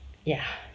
ya